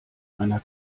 einer